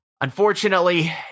unfortunately